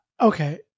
Okay